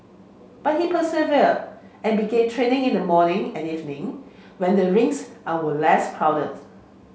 but he persevered and began training in the morning and evening when the rinks are were less crowded